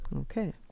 Okay